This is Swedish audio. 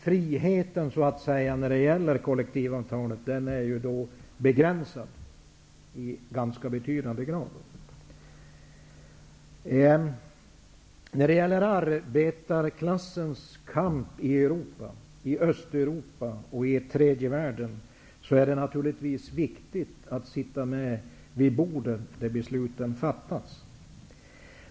Friheten när det gäller kollektivavtalet är alltså begränsad i ganska betydande grad. När det gäller arbetarklassens kamp i Västeuropa, i Östeuropa och i tredje världen är det naturligtvis viktigt att sitta med vid bordet där beslutet fattas.